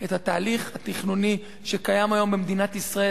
את התהליך התכנוני שקיים היום במדינת ישראל.